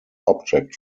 object